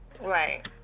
Right